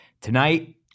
Tonight